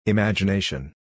Imagination